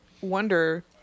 wonder